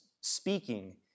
speaking